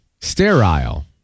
sterile